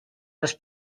los